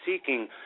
seeking